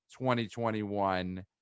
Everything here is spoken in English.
2021